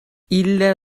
ille